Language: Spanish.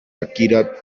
akira